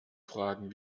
fragen